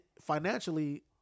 financially